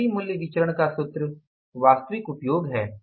सामग्री मूल्य विचरण का सूत्र वास्तविक उपयोग है